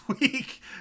week